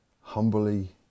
humbly